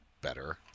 better